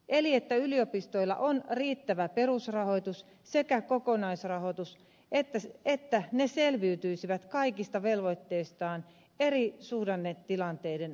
eli että yliopistoilla on riittävä perusrahoitus sekä kokonaisrahoitus että ne selviytyisivät kaikista velvoitteistaan eri suhdannetilanteiden aikoinakin